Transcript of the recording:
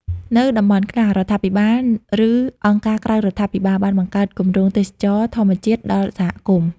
នៅតំបន់ខ្លះ រដ្ឋាភិបាល ឬអង្គការក្រៅរដ្ឋាភិបាលបានបង្កើតគម្រោងទេសចរណ៍ធម្មជាតិដល់សហគមន៍។